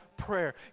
prayer